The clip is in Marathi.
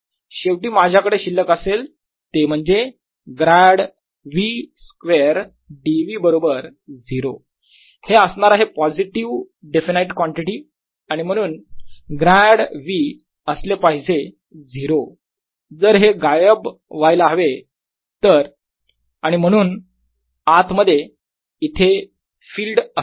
शेवटी माझ्याकडे शिल्लक असेल ते म्हणजे grad v square d v बरोबर 0 हे असणार आहे पॉझिटिव्ह डेफीनाईट कॉन्टीटी आणि म्हणून ग्रॅड v असले पाहिजे 0 जर हे गायब व्हायला हवे तर आणि म्हणून आत मध्ये इथे फील्ड असत नाही